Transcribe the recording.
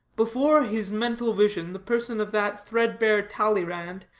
before his mental vision the person of that threadbare talleyrand,